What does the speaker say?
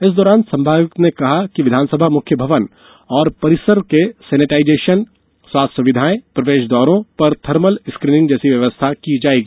इस दौरान संभागायुक्त ने कहा कि विधानसभा मुख्य भवन और परिसर के सैनिटाइजेशन स्वास्थ्य सुविधाएं प्रवेश द्वारों पर थर्मल स्क्रीनिंग जैसी व्यवस्था की जाएगी